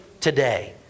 today